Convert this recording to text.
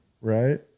Right